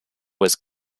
was